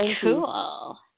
Cool